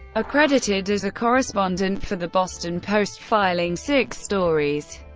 accredited as a correspondent for the boston post, filing six stories.